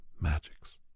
magics